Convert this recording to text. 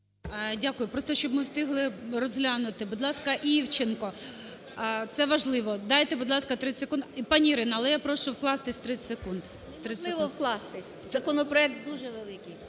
Дякую. Просто, щоб ми встигли розглянути. Будь ласка, Івченко. Це важливо. Дайте, будь ласка, 30 секунд. Пані Ірина, але я прошу вкластись у 30 секунд. 16:51:41 ЛУЦЕНКО І.С. Неможливо вкластись, законопроект дуже великий.